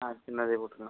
ஆ சின்னதே போட்டுருறேன்